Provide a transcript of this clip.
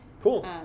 cool